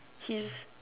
his